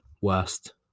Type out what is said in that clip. worst